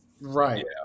Right